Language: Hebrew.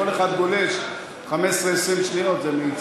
כל אחד גולש 15 20 שניות, זה מצטבר.